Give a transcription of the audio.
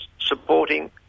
supporting